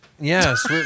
Yes